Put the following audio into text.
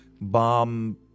bomb